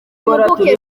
mpuguke